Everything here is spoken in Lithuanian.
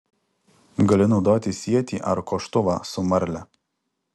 gali naudoti sietį ar koštuvą su marle